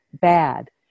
bad